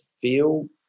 feel